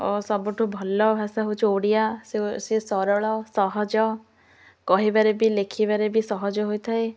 ଓ ସବୁଠୁ ଭଲ ଭାଷା ହେଉଛି ଓଡ଼ିଆ ସେ ସିଏ ସରଳ ସହଜ କହିବାରେ ବି ଲେଖିବାରେ ବି ସହଜ ହୋଇଥାଏ